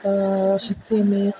حصے میں